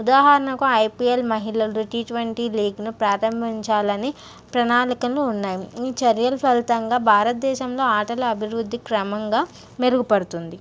ఉదాహరణకు ఐపీఎల్ మహిళలు టీట్వంటీ లీగ్ను ప్రారంభించాలని ప్రణాళికలు ఉన్నాయి ఈ చర్యలు ఫలితంగా భారతదేశంలో ఆటలు అభివృద్ధి క్రమంగా మెరుగుపడుతుంది